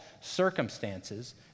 circumstances